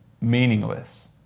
meaningless